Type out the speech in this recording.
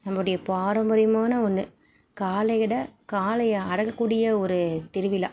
நம்முடைய பாரம்பரியமான ஒன்று காளையிட காளையை அடக்கக்கூடிய ஒரு திருவிழா